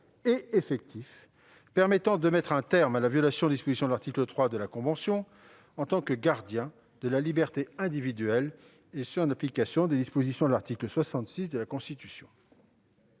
et effectif permettant de mettre un terme à la violation de l'article 3 de la Convention, en tant que gardien de la liberté individuelle, en application de l'article 66 de la Constitution.